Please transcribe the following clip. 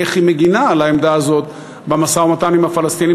איך היא מגינה על העמדה הזאת במשא-ומתן עם הפלסטינים,